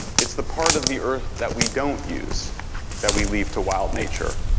it's the part of the earth that we don't use that we leave to wild nature.